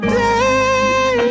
day